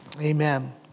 Amen